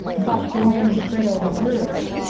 but joanne fraill, the juror,